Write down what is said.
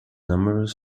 numerous